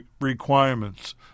requirements